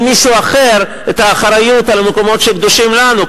מישהו אחר את האחריות למקומות שקדושים לנו.